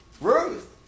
Ruth